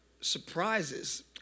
surprises